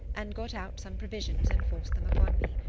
and got out some provisions and forced them upon me.